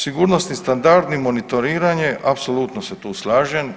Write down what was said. Sigurnosni standardi, monitoriranje apsolutno se tu slažem.